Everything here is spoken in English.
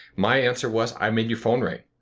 my answer was i made your phone ring.